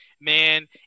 man